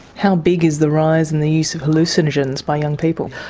how big is the rise in the use of hallucinogens by young people?